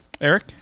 Eric